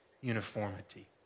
uniformity